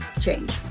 change